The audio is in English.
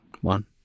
one